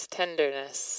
tenderness